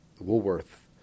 Woolworth